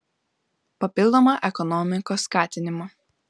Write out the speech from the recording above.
papildomą ekonomikos skatinimą